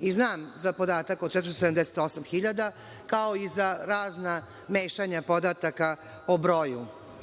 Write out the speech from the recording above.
i znam za podatak od 478 hiljada, kao i za razna mešanja podataka o broju,